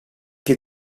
più